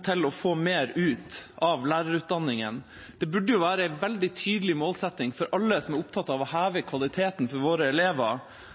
til det å få mer ut av lærerutdanningen. Det burde være en veldig tydelig målsetting for alle som er opptatt av å heve kvaliteten for våre elever,